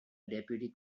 deputy